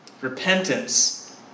Repentance